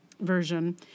version